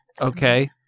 Okay